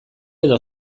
edo